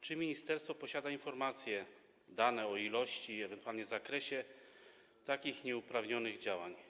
Czy ministerstwo posiada informacje, dane o ilości i ewentualnie zakresie takich nieuprawnionych działań?